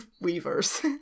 weavers